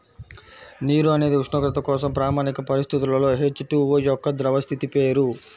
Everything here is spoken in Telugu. నీరు అనేది ఉష్ణోగ్రత కోసం ప్రామాణిక పరిస్థితులలో హెచ్.టు.ఓ యొక్క ద్రవ స్థితి పేరు